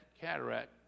cataract